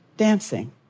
dancing